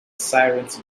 sirens